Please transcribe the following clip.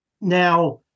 Now